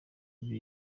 ibyo